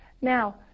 Now